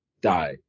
die